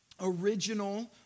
original